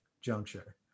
juncture